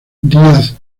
díaz